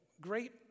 great